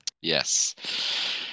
Yes